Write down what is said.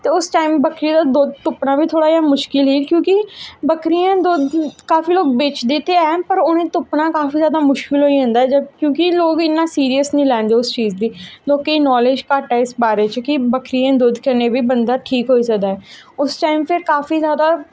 ते उस टाइम बक्करी दा दुद्ध तुप्पना बी थोह्ड़ा जेहा मुश्कल हा क्योंकि बक्करियें दा दुद्ध काफी लोग बेचदे ते हैन पर उ'नेंगी तुप्पना काफी जादा मुश्कल होई जंदा ऐ जद् क्योंकि लोग इन्ना सीरियस निं लैंदे उस चीज गी लोकें गी नालेज़ घट्ट ऐ इस बारे च कि बक्करियें दे दुद्ध कन्नै बी बंदा ठीक होई सकदा ऐ उस टाइम फिर काफी जादा